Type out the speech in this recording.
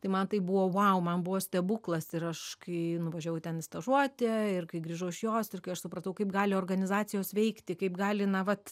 tai man tai buvo vau man buvo stebuklas ir aš kai nuvažiavau ten į stažuotę ir kai grįžau iš jos ir kai aš supratau kaip gali organizacijos veikti kaip gali na vat